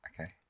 Okay